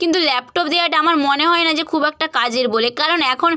কিন্তু ল্যাপটপ দেওয়াটা আমার মনে হয় না যে খুব একটা কাজের বলে কারণ এখন